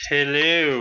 Hello